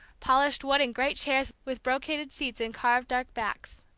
polished wood and great chairs with brocaded seats and carved dark backs.